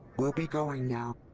we'll be going now.